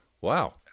Wow